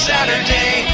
Saturday